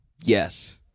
Yes